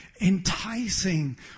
enticing